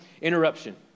Interruption